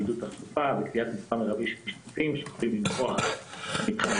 בידוק תחבורה וקביעת מספר מרבי של משתתפים שיכולים לנכוח במתחם.